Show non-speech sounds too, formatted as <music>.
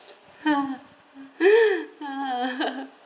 <laughs>